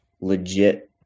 legit